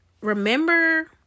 remember